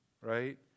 right